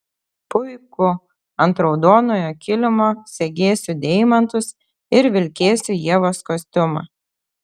puiku ant raudonojo kilimo segėsiu deimantus ir vilkėsiu ievos kostiumą